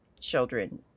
children